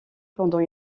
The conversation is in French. pendant